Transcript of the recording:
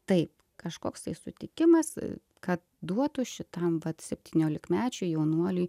taip kažkoks tai sutikimas kad duotų šitam vat septyniolikmečiui jaunuoliui